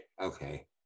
okay